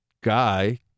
guy